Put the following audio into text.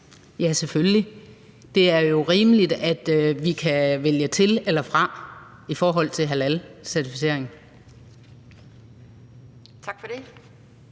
Ja, selvfølgelig. Det er jo rimeligt, at vi kan vælge til eller fra i forhold til halalcertificering. Kl.